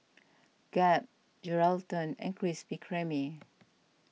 Gap Geraldton and Krispy Kreme